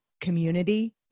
community